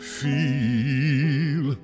feel